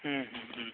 ह्म् ह्म्